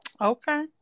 Okay